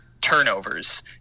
turnovers